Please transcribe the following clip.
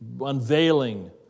unveiling